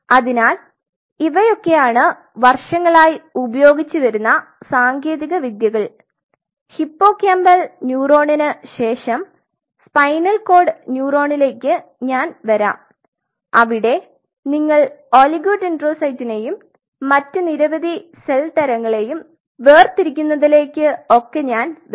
അതിനാൽ ഇവയൊക്കെയാണ് വർഷങ്ങളായി ഉപയോഗിച്ചുവരുന്ന സാങ്കേതികവിദ്യകൾ ഹിപ്പോകാമ്പൽ ന്യൂറോണിന് ശേഷം സ്പൈനൽകോർഡ് ന്യൂറോണിലേക് ഞാൻ വരാം അവിടെ നിങ്ങൾ ഒളിഗോഡെൻഡ്രോസൈറ്റിനെയും മറ്റ് നിരവധി സെൽ തരങ്ങളെയും വേർതിരികുന്നതിലെക് ഒക്കെ ഞാൻ വരും